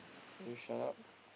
can you shut up